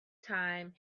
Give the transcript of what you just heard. time